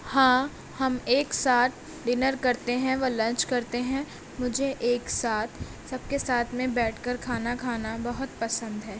ہاں ہم ایک ساتھ ڈنر کرتے ہیں و لنچ کرتے ہیں مجھے ایک ساتھ سب کے ساتھ میں بیٹھ کر کھانا کھانا بہت پسند ہے